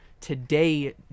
today